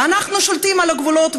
ואנחנו שולטים על הגבולות,